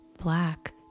black